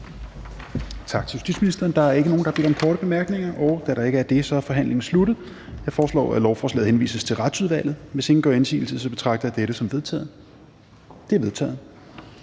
tak til justitsministeren. Der er ikke flere, der har bedt om ordet. Forhandlingen er sluttet. Jeg foreslår, at lovforslaget henvises til Retsudvalget. Hvis ingen gør indsigelse, betragter jeg dette som vedtaget. Det er vedtaget.